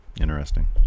Interesting